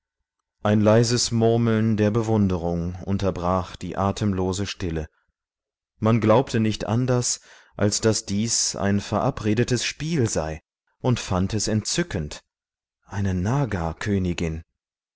ein leises murmeln der bewunderung unterbrach die atemlose stille man glaubte nicht anders als daß dies ein verabredetes spiel sei und fand es entzückend eine